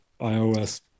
iOS